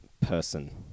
person